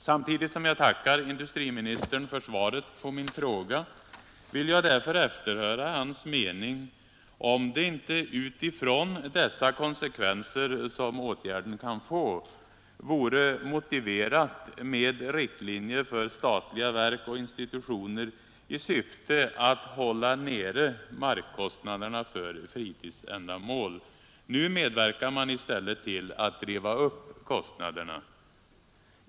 Samtidigt som jag tackar industriministern för svaret på min fråga vill jag därför efterhöra hans mening — om det inte utifrån dessa konsekvenser som åtgärden kan få vore motiverat med riktlinjer för statliga verk och institutioner i syfte att hålla nere markkostnaderna för fritidsändamål. Nu medverkar man i stället till att driva upp kostnaderna.